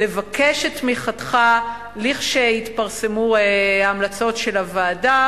לבקש את תמיכתך לכשיתפרסמו ההמלצות של הוועדה,